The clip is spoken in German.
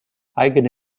eigene